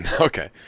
Okay